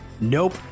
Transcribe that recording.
Nope